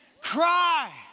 cry